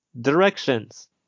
Directions